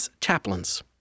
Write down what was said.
chaplains